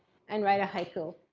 and write a haiku.